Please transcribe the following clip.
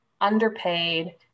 underpaid